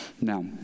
Now